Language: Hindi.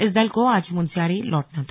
इस दल को आज मुनस्यारी लौटना था